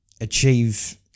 achieve